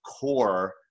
core